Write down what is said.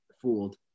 fooled